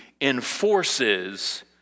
enforces